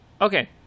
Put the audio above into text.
Okay